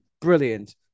brilliant